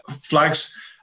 flags